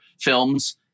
films